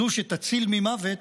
זו שתציל ממוות,